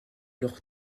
leur